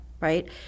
Right